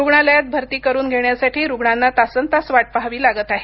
रुग्णालयात भरती करुन घेण्यासाठी रुग्णांना तासन् तास वाट पाहावी लागत आहे